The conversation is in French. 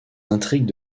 intrigues